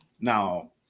Now